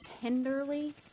tenderly